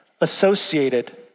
associated